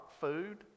food